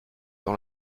dans